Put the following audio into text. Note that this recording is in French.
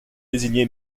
désigné